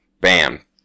Bam